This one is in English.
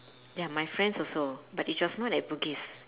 ya my friends also but it was not at bugis